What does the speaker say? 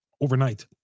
overnight